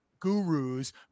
gurus